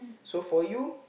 so for you